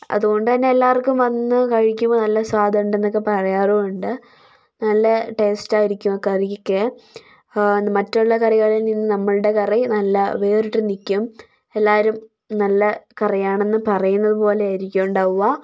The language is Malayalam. അതുകൊണ്ടുതന്നെ എല്ലാവർക്കും വന്നു കഴിക്കുമ്പോൾ നല്ല സ്വാദുണ്ടെന്ന് ഒക്കെ പറയാറും ഉണ്ട് നല്ല ടേസ്റ്റ് ആയിരിക്കും ആ കറിയ്ക്ക് മറ്റുള്ള കറികളിൽ നിന്ന് നമ്മളുടെ കറി നല്ല വേറിട്ട് നിൽക്കും എല്ലാവരും നല്ല കറിയാണെന്നു പറയുന്നതുപോലെയായിരിക്കും ഉണ്ടാവുക